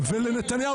אבל הוא פונה אליי,